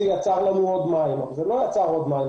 יצר לנו עוד מים אבל זה לא יצר לנו עוד מים.